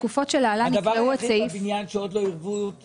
בתקופות שלהלן יקראו את